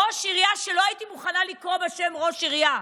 ראש עירייה שלא הייתי מוכנה לקרוא לו בשם ראש עירייה,